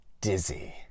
dizzy